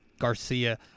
Garcia